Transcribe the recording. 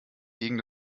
gegen